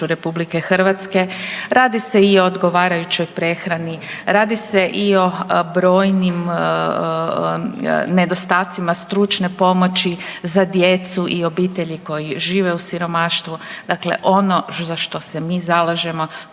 RH. Radi se i o odgovarajućoj prehrani, radi se i o brojnim nedostacima stručne pomoći za djecu i obitelji koji žive u siromaštvu, dakle ono za što se mi zalažemo